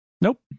Nope